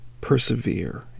persevere